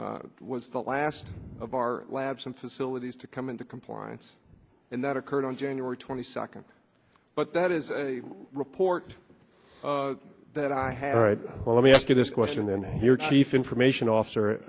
was the last of our lab some facilities to come into compliance and that occurred on january twenty second but that is a report that i have right well let me ask you this question then here chief information officer